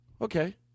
Okay